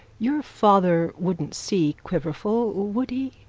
your father wouldn't see quiverful, would he?